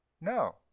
No